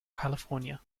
california